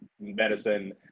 medicine